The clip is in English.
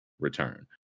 return